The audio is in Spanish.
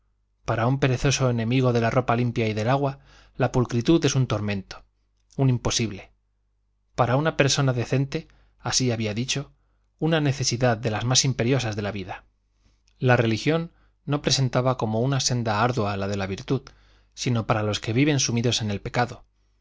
para un perezoso enemigo de la ropa limpia y del agua la pulcritud es un tormento un imposible para una persona decente así había dicho una necesidad de las más imperiosas de la vida la religión no presentaba como una senda ardua la de la virtud sino para los que viven sumidos en el pecado